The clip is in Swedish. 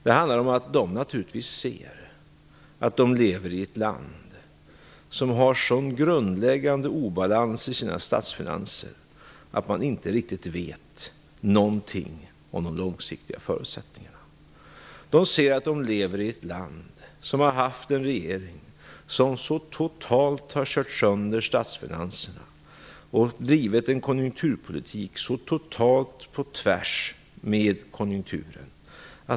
Det handlar om att de naturligtvis ser att de lever i ett land som har en sådan grundläggande obalans i sina statsfinanser att de inte vet någonting om de långsiktiga förutsättningarna. De ser att de lever i ett land som har haft en regering som totalt har kört sönder statsfinanserna och drivit en konjunkturpolitik på tvärs med konjunkturen.